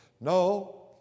No